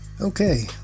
Okay